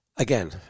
Again